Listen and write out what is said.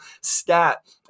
stat